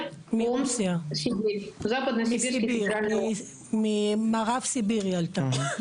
מרוסיה, ממערב סיביר היא עלתה.